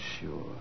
Sure